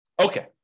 Okay